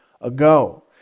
ago